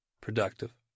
productive